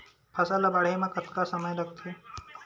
फसल ला बाढ़े मा कतना समय लगथे?